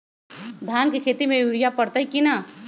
धान के खेती में यूरिया परतइ कि न?